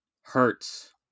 Hurts